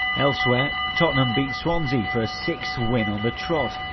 elsewhere, tottenham beat swansea for a sixth win on the trot,